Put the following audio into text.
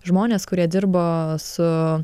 žmonės kurie dirbo su